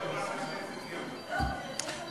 אני עכשיו נותן כבוד לחברת הכנסת גרמן.